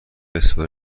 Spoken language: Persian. استفاده